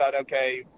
okay